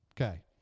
okay